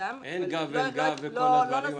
אין גב אל גב וכל הדברים האלה.